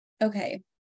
okay